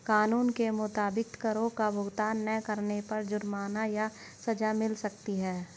कानून के मुताबिक, करो का भुगतान ना करने पर जुर्माना या सज़ा मिल सकती है